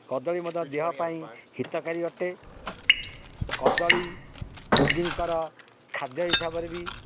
କଦଳୀ ମଧ୍ୟ ଦେହ ପାଇଁ ହିତକାରୀ ଅଟେ କଦଳୀ ରୋଗୀଙ୍କର ଖାଦ୍ୟ ହିସାବରେ ବି